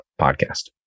Podcast